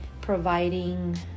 providing